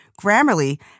Grammarly